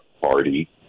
party